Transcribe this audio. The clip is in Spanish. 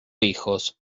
hijos